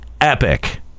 epic